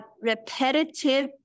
repetitive